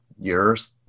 years